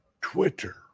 Twitter